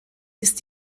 ist